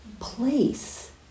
place